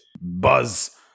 Buzz